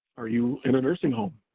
are you in a nursing home?